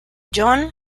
john